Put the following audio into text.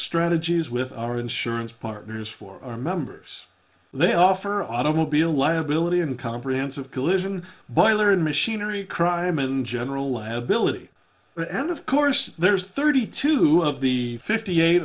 strategies with our insurance partners for members they offer automobile liability and comprehensive collision butler and machinery crime and general liability and of course there's thirty two of the fifty eight